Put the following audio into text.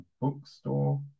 bookstore